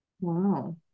Wow